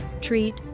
treat